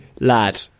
lad